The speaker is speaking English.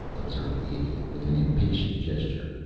observed the idiot, with an impatient gesture.